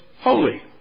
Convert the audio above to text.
holy